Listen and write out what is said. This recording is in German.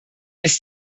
ist